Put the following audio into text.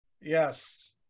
yes